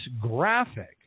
graphic